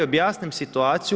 Objasnim situaciju.